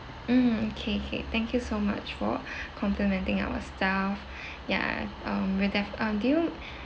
mm K K thank you so much for complementing our staff ya um we'll def~ uh did you